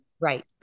right